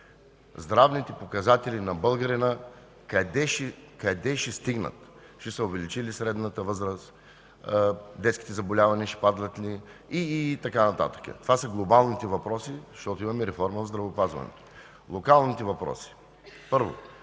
Здравните показатели на българина къде ще стигнат? Ще се увеличи ли средната възраст? Ще паднат ли детските заболявания и така нататък. Това са глобалните въпроси, защото имаме реформа в здравеопазването. Локалните въпроси: първо,